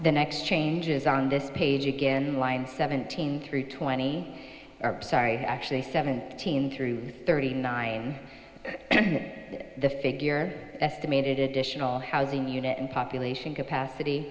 the next changes on this page again line seventeen through twenty sorry actually seventeen through thirty nine the figure estimated additional housing unit and population capacity